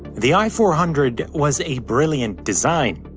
the i four hundred was a brilliant design,